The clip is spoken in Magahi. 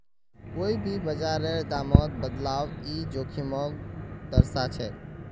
कोई भी बाजारेर दामत बदलाव ई जोखिमक दर्शाछेक